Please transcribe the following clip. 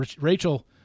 Rachel